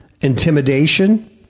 intimidation